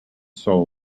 soul